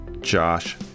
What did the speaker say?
Josh